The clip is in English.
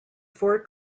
four